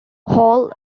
hall